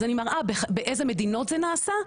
אז אני מראה באיזה מדינות זה נעשה,